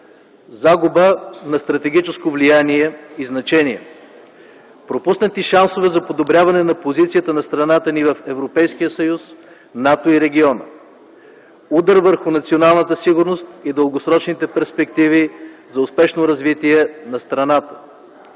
загуба на стратегическо влияние и значение, пропуснати шансове за подобряване позицията на страната ни в Европейския съюз, НАТО и региона, удар върху националната сигурност и дългосрочните перспективи за успешно развитие на страната